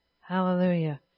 Hallelujah